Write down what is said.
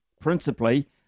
principally